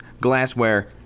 glassware